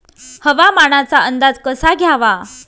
हवामानाचा अंदाज कसा घ्यावा?